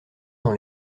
dans